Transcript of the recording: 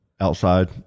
outside